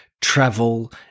travel